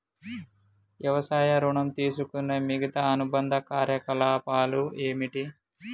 వ్యవసాయ ఋణం తీసుకునే మిగితా అనుబంధ కార్యకలాపాలు ఏమిటి?